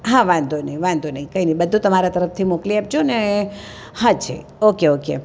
હા વાંધો નહિ વાંધો નહિ કંઈ નહિ બધું તમારા તરફથી મોકલી આપજો અને હા છે ઓકે ઓકે